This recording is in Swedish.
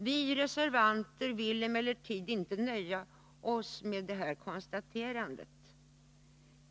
Vi reservanter vill emellertid inte nöja oss med detta konstaterande.